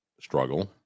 struggle